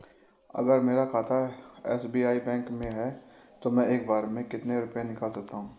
अगर मेरा खाता एस.बी.आई बैंक में है तो मैं एक बार में कितने रुपए निकाल सकता हूँ?